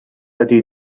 ydy